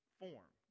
form